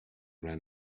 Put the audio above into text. ran